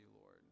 Lord